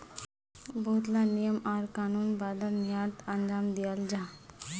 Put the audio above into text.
बहुत ला नियम आर कानूनेर बाद निर्यात अंजाम दियाल जाहा